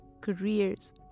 careers